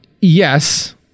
yes